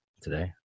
today